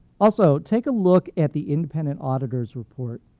also, take a look at the independent auditor's report.